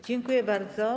Dziękuję bardzo.